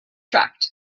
tracked